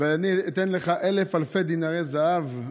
ואני אתן לך אלף אלפי דינרי זהב,